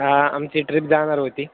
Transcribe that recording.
हा आमची ट्रिप जाणार होती